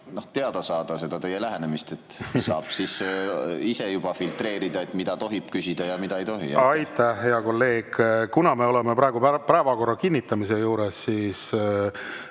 teada saada teie lähenemist. Siis [saaks] ise juba filtreerida, mida tohib küsida ja mida ei tohi. Aitäh, hea kolleeg! Kuna me oleme praegu päevakorra kinnitamise juures, siis